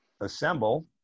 assemble